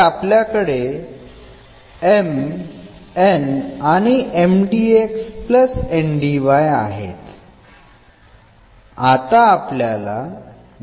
तर आपल्याकडे M N आणि M dxN dy आहेत